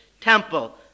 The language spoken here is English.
temple